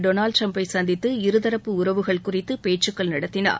Donald ட்ரம்பை சந்தித்து இருதரப்பு உறவுகள் குறித்து பேச்சுக்கள் நடத்தினார்